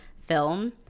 film